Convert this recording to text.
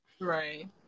Right